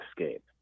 escape